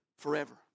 forever